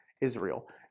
Israel